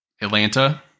Atlanta